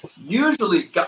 Usually